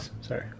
Sorry